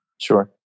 Sure